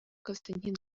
константин